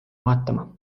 vaatama